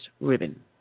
Ribbon